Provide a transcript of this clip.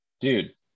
dude